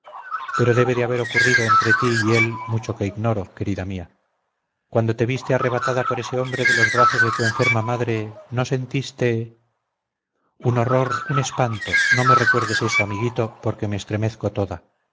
pero debe de haber ocurrido entre ti y él mucho que ignoro querida mía cuando te viste arrebatada por ese hombre de los brazos de tu madre enferma no sentiste un horror un espanto no me recuerdes eso amiguito porque me estremezco toda